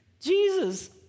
Jesus